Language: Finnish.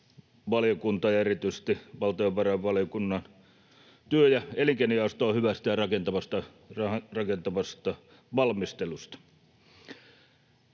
valiokuntaa ja erityisesti valtiovarainvaliokunnan työ- ja elinkeinojaostoa hyvästä ja rakentavasta valmistelusta.